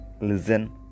listen